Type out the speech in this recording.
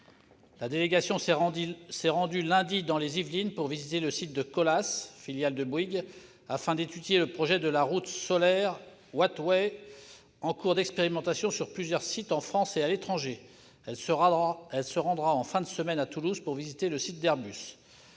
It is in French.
La délégation s'est rendue lundi dans les Yvelines pour visiter le site de la société Colas, filiale de Bouygues, afin d'étudier le projet de la route solaire Wattway, en cours d'expérimentation sur plusieurs sites en France et à l'étranger. Elle se rendra en fin de semaine à Toulouse pour visiter le site d'Airbus.